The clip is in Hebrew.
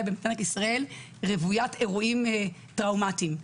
במדינת ישראל רווית אירועים טראומטיים.